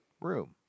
room